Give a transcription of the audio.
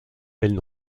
elles